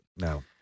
No